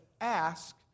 ask